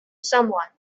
someone